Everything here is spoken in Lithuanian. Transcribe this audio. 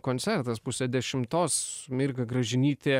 koncertas pusę dešimtos mirga gražinytė